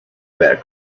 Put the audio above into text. about